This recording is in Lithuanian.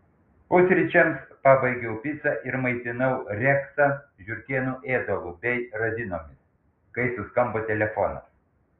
pusryčiams pabaigiau picą ir maitinau reksą žiurkėnų ėdalu bei razinomis kai suskambo telefonas